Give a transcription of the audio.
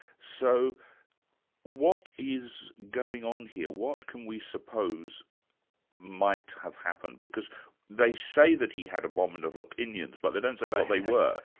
so what is going on here? what can we suppose might have happened? because they say that he had abominable opinions, but they don't say what they were.